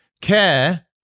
Care